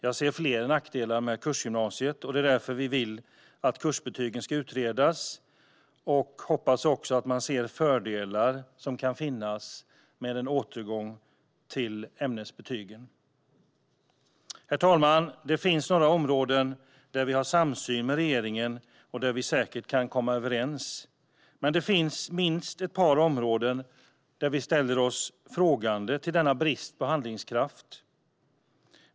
Jag ser fler nackdelar med kursgymnasiet, och det är därför som vi vill att kursbetygen ska utredas och hoppas också att man ser fördelar som kan finnas med en återgång till ämnesbetyg. Herr talman! Det finns några områden där vi har samsyn med regeringen och där vi säkert kan komma överens. Men det finns minst ett par områden där vi ställer oss frågande till denna brist på handlingskraft.